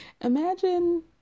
imagine